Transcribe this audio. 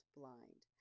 blind